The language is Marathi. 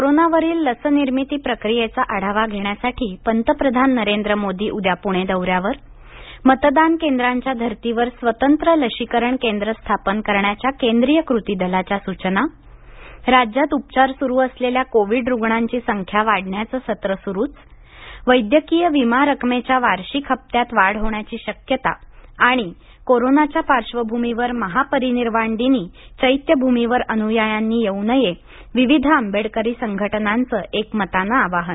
कोरोनावरील लस निर्मिती प्रक्रियेचा आढावा घेण्यासाठी पंतप्रधान नरेंद्र मोदी उद्या पूणे दौऱ्यावर मतदान केंद्रांच्या धर्तीवर स्वतंत्र लशीकरण केंद्र स्थापन करण्याच्या केंद्रीय कृती दलाच्या सूचना राज्यात उपचार सुरू असलेल्या कोविड रुग्णांची संख्या वाढण्याचं सत्र सुरूच वैद्यकीय विमा रकमेच्या वार्षिक हप्त्यात वाढ होण्याची शक्यता आणि कोरोनाच्या पार्श्वभूमीवर महापरिनिर्वाण दिनी चैत्यभूमीवर अनुयायांनी येऊ नये विविध आंबेडकरी संघटनांचं एकमतानं आवाहन